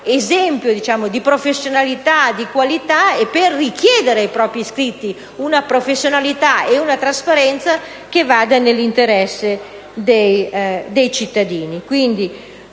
esempio di professionalità, di qualità e per richiedere ai propri iscritti una professionalità e una trasparenza che tuteli l'interesse dei cittadini. Questi